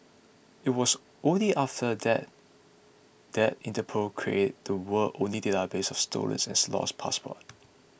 it was only after that that Interpol created the world's only database of and lost passports